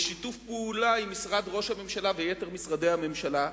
בשיתוף פעולה עם משרד ראש הממשלה ויתר משרדי הממשלה,